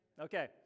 Okay